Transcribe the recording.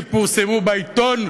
שפורסמו בעיתון.